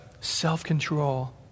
Self-control